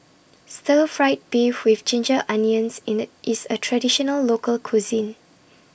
Stir Fried Beef with Ginger Onions in IT IS A Traditional Local Cuisine